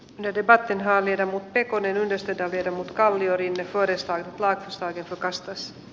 nyt eivät ihan hirmutekoineen ylistetään jermutkaan yritä todistaa vaikka saikin rastas